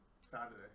Saturday